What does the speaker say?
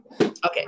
Okay